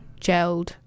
gelled